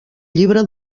llibre